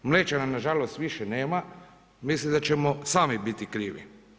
Mlečana na žalost više nema, mislim da ćemo sami biti krivi.